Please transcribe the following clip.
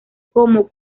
como